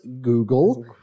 Google